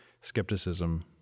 skepticism